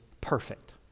perfect